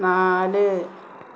നാല്